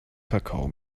kakao